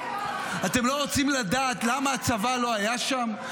--- אתם לא רוצים לדעת למה הצבא לא היה שם?